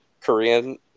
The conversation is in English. Korean